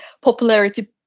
popularity